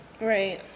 right